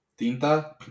tinta